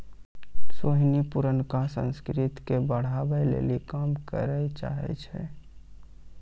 सोहिनी पुरानका संस्कृति के बढ़ाबै लेली काम करै चाहै छै